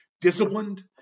disciplined